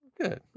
Good